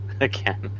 Again